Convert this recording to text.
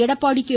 Edappadi K